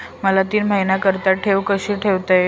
मला तीन महिन्याकरिता ठेव कशी ठेवता येईल?